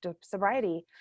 sobriety